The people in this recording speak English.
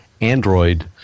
Android